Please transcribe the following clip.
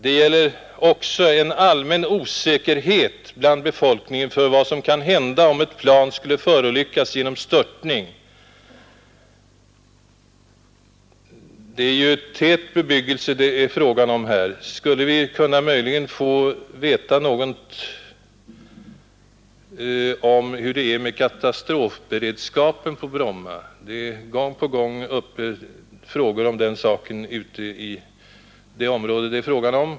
Det gäller också en allmän osäkerhet bland befolkningen för vad som kan hända om t.ex. ett plan skulle förolyckas genom störtning. Det är ju tätbebyggelse här. Skulle vi möjligen kunna få veta något om hur det är med katastrofberedskapen på Bromma? Gång på gång är frågor om den saken aktuella ute i det område det här gäller.